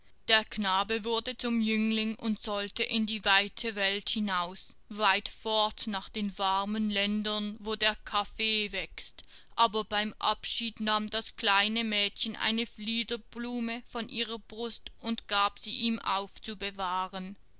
der knabe wurde zum jüngling und sollte in die weite welt hinaus weit fort nach den warmen ländern wo der kaffee wächst aber beim abschied nahm das kleine mädchen eine fliederblume von ihrer brust und gab sie ihm aufzubewahren